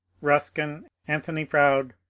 buskin, anthony froude,